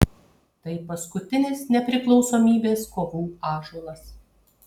tai paskutinis nepriklausomybės kovų ąžuolas